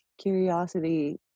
curiosity